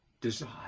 desire